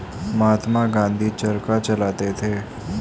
महात्मा गांधी चरखा चलाते थे